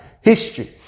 history